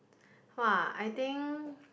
!wah! I think